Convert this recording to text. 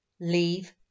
Leave